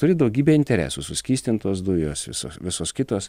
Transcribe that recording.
turi daugybę interesų suskystintos dujos visos visos kitos